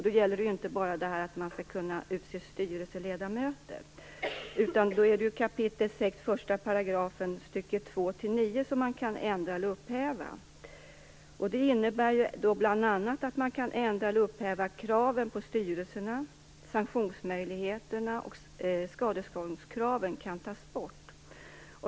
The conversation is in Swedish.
Då gäller det inte bara att man skall kunna utse styrelseledamöter, utan då är det 6 kap. 1 § stycke 2-9 som man kan ändra eller upphäva. Det innebär bl.a. att man kan ändra eller upphäva kraven på styrelserna, sanktionsmöjligheterna och att skadeståndskraven kan tas bort.